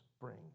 bring